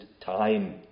time